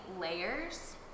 layers